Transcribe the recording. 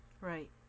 Right